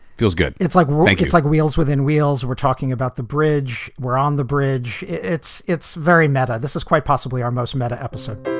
feels good it's like like it's like wheels within wheels. we're talking about the bridge. we're on the bridge. it's it's very meta. this is quite possibly our most meta episode.